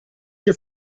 your